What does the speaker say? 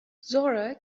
zora